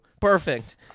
Perfect